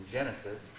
Genesis